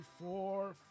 four